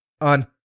on